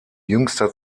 jüngster